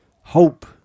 hope